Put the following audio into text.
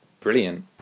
brilliant